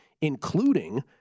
Including